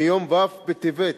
מיום ו' בטבת התשע"ב,